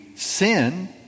sin